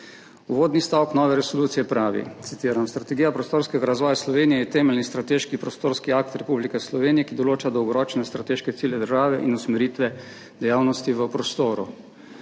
Uvodni stavek nove resolucije pravi, citiram: »Strategija prostorskega razvoja Slovenije je temeljni strateški prostorski akt Republike Slovenije, ki določa dolgoročne strateške cilje države in usmeritve dejavnosti v prostoru.«